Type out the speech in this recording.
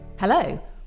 hello